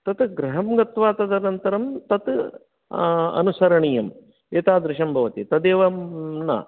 तद् गृहं गत्त्वा तदनन्तरं तत् अनुसरणीयम् एतादृशं भवति तदेव न